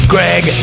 Greg